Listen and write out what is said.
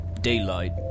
daylight